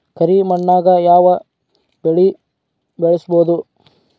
ಕರಿ ಮಣ್ಣಾಗ್ ಯಾವ್ ಬೆಳಿ ಬೆಳ್ಸಬೋದು?